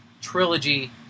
trilogy